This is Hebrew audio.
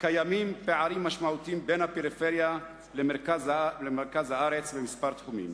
קיימים פערים משמעותיים בין הפריפריה למרכז הארץ בכמה תחומים.